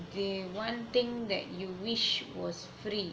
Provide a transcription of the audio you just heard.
the one thing that you wish was free